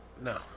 No